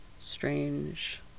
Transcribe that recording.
Strange